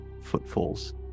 footfalls